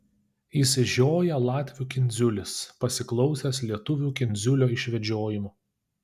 išsižioja latvių kindziulis pasiklausęs lietuvių kindziulio išvedžiojimų